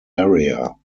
area